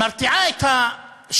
מרתיע את השכנים?